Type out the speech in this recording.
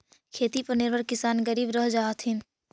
खेती पर निर्भर किसान गरीब रह जा हथिन